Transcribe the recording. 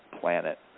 planet